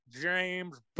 James